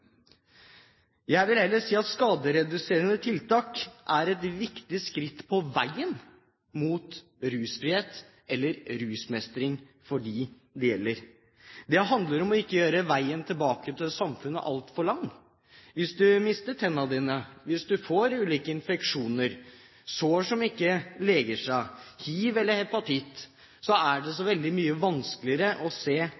Jeg vil heller si at skadereduserende tiltak er et viktig skritt på veien mot rusfrihet eller rusmestring for dem det gjelder. Det handler om ikke å gjøre veien tilbake til samfunnet altfor lang. Hvis du mister tennene dine, hvis du får ulike infeksjoner, sår som ikke leger seg, hiv eller hepatitt, er det